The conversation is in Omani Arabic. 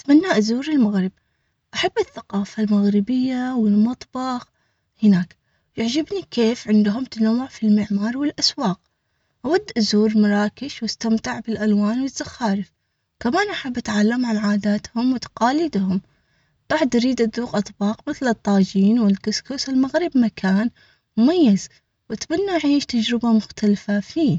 أتمنى أزور المغرب، أحب الثقافة المغربية و المطبخ هناك يعجبني كيف عندهم تنوع في المعمار و الأسواق. أود أزور مراكش و أستمتع بالألوان و الزخارف. كمان أحب أتعلم عن عاداتهم وتقاليدهم بعد. أريد تذوق أطباق مثل الطاجين والكسكس المغرب مكان.